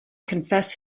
confess